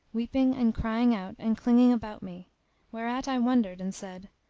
weeping and crying out and clinging about me whereat i wondered and said,